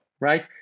right